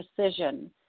decision